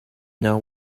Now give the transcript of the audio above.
now